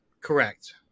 correct